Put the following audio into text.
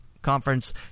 conference